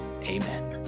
amen